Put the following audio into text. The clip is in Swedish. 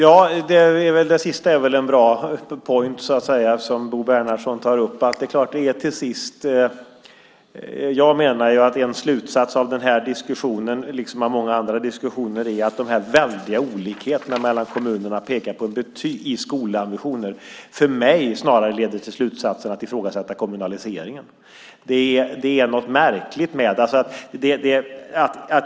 Herr talman! Det sista som Bo Bernhardsson tar upp är väl en bra poäng. Jag menar att en slutsats av den diskussionen, liksom av många andra diskussioner, är att de här väldiga olikheterna mellan kommunerna när det gäller skolambitioner för mig snarare leder till att ifrågasätta kommunaliseringen. Det är något märkligt med detta.